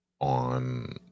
on